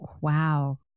Wow